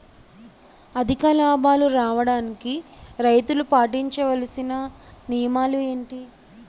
అధిక లాభాలు రావడానికి రైతులు పాటించవలిసిన నియమాలు ఏంటి